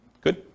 Good